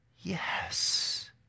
Yes